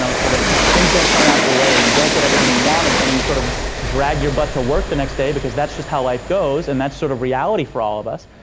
sort of things don't turn out your way or you don't get everything you wanted, and you sort of drag your butt to work the next day because that's just how life goes. and that's sort of reality for all of us.